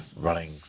running